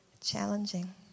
challenging